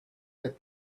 that